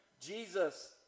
Jesus